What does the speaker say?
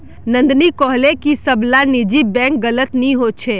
नंदिनी कोहले की सब ला निजी बैंक गलत नि होछे